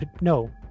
no